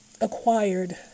acquired